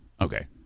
Okay